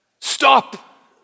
stop